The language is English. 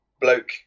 bloke